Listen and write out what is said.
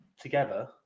together